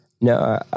No